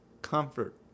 Comfort